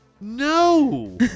No